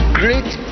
great